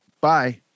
bye